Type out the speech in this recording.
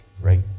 right